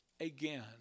again